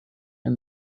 and